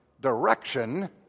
direction